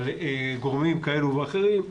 על גורמים כאלה ואחרים.